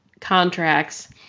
contracts